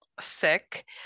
sick